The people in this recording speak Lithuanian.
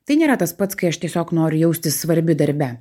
tai nėra tas pats kai aš tiesiog noriu jaustis svarbi darbe